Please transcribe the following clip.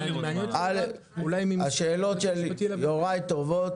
השאלות של יוראי טובות.